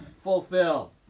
fulfill